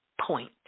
point